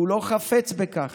והוא לא חפץ בכך.